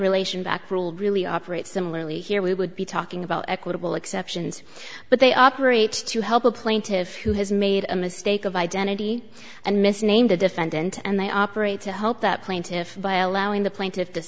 rule really operate similarly here we would be talking about equitable exceptions but they operate to help a plaintive who has made a mistake of identity and misnamed the defendant and they operate to help that plaintiffs by allowing the plaintiffs